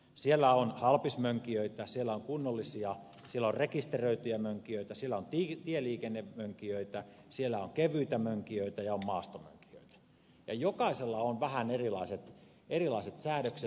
siellä on halpismönkijöitä siellä on kunnollisia siellä on rekisteröityjä mönkijöitä siellä on tieliikennemönkijöitä siellä on kevyitä mönkijöitä ja on maastomönkijöitä ja jokaisella on vähän erilaiset säädökset